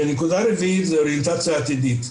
נקודה רביעית זה האוריינטציה העתידית.